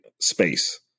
space